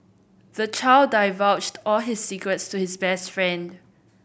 the child divulged all his secrets to his best friend